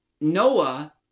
Noah